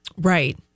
Right